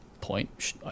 point